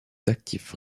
actifs